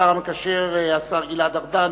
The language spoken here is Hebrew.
השר המקשר, השר גלעד ארדן,